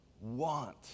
want